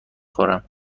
خورم